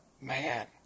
man